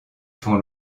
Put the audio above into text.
font